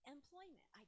Employment